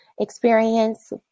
experience